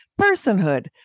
personhood